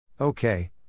Okay